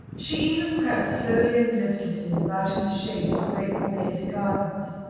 she even crept slowly and listlessly about in the shade of the great borghese gardens,